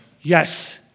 yes